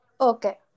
Okay